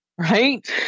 Right